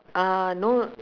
uh no